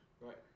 Right